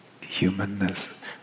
Humanness